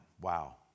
wow